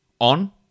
on